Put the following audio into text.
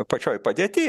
pačioj padėty